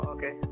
Okay